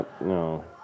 No